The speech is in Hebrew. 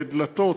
דלתות,